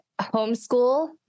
homeschool